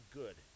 good